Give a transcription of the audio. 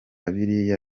biriya